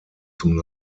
zum